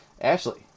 Ashley